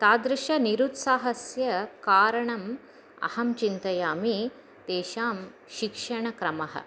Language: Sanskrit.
तादृशनिरुत्साहस्य कारणम् अहं चिन्तयामि तेषां शिक्षणक्रमः